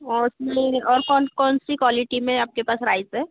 वह उसमें और कौन कौनसी क्वालिटी में आपके पास राइस है